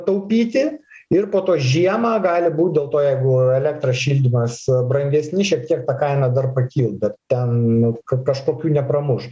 taupyti ir po to žiemą gali būt dėl to jeigu elektra šildymas brangesni šiek tiek ta kaina dar pakilt bet ten kažkokių nepramuš